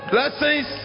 Blessings